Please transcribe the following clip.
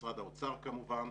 משרד האוצר כמובן,